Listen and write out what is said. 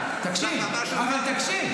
הוא לא היה מקיים אותה?